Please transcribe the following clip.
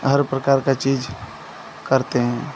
हर प्रकार की चीज़ करते हैं